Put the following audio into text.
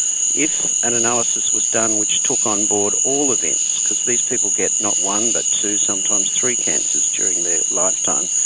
if an analysis was done which took on board all events, because these people get not one, but two, and sometimes three cancers during their lifetime,